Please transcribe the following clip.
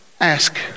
ask